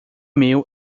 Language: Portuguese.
meu